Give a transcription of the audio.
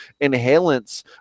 inhalants